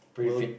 well